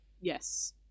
Yes